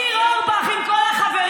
ניר אורבך עם כל החברים.